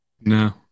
No